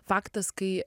faktas kai